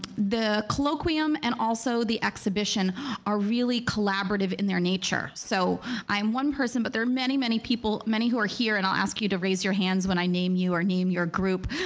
the colloquium and also the exhibition are really collaborative in their nature. so i am one person but there are many many people, many who are here, and i'll ask you to raise your hands when i name you or name your group,